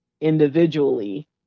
individually